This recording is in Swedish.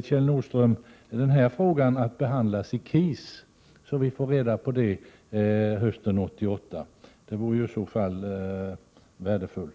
Kjell Nordström, den här frågan att behandlas i KIS, så vi får reda på resultatet hösten 1988? Det vore i så fall värdefullt.